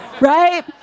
right